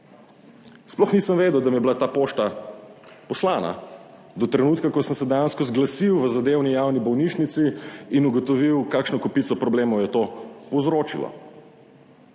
Sploh nisem vedel, da mi je bila ta pošta poslana do trenutka, ko sem se dejansko zglasil v zadevni javni bolnišnici in ugotovil, kakšno kopico problemov je to povzročilo.